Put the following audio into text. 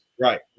right